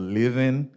living